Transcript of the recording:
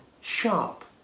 sharp